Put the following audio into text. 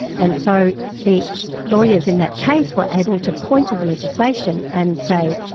and so the lawyers in that case were able to point to the legislation and say,